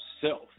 self